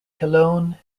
cologne